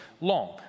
long